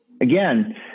Again